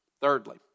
Thirdly